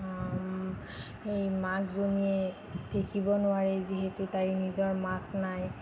সেই মাকজনীয়ে দেখিব নোৱাৰে যিহেতু তাইৰ নিজৰ মাক নাই